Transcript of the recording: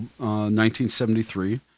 1973